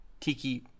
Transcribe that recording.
tiki